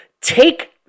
take